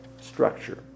structure